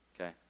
Okay